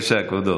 כבודו.